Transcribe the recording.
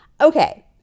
Okay